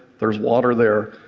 there's water there,